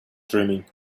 dreaming